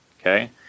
okay